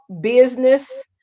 business